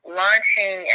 launching